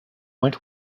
went